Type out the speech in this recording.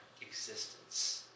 existence